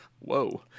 whoa